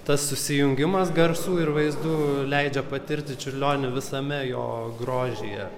tas susijungimas garsų ir vaizdų leidžia patirti čiurlionį visame jo grožyje